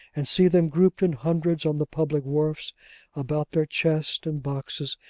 and see them grouped in hundreds on the public wharfs about their chests and boxes,